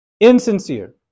Insincere